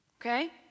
Okay